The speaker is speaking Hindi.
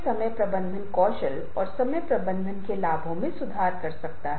मैं पहले ही आपके साथ अम्बिगुइटी के बारे में अवधारणा साझा की है